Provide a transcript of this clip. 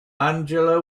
angela